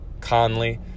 Conley